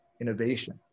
innovation